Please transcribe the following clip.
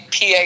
PA